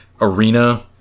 arena